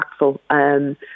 impactful